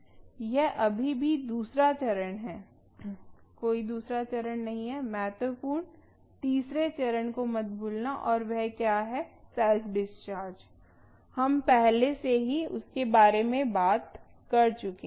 यह अभी भी दूसरा चरण है कोई दूसरा चरण नहीं है महत्वपूर्ण तीसरे चरण को मत भूलना और वह क्या है सेल्फ डिस्चार्ज हम पहले से ही उसके बारे में बात कर चुके हैं